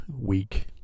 week